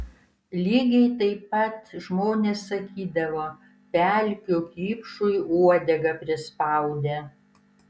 lygiai taip pat žmonės sakydavo pelkių kipšui uodegą prispaudė